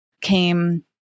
came